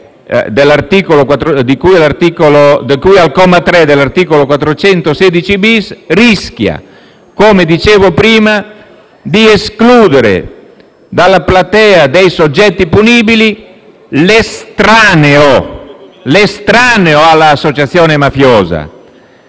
di cui al comma 3 dell'articolo 416-*bis* rischia - come dicevo prima - di escludere dalla platea dei soggetti punibili l'estraneo all'associazione mafiosa